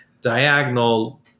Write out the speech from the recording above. diagonal